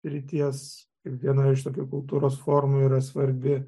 srities ir viena iš tokio kultūros formų yra svarbi